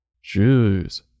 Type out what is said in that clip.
Shoes